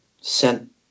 sent